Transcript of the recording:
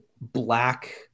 Black